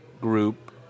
Group